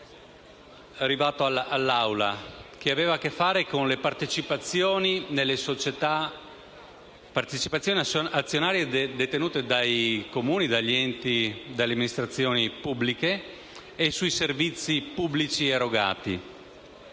13 (ex 14), che aveva a che fare con le partecipazioni azionarie detenute dai Comuni e dalle amministrazioni pubbliche e con i servizi pubblici erogati.